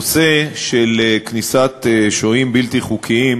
נושא כניסת שוהים בלתי חוקיים